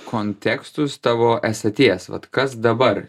kontekstus tavo esaties vat kas dabar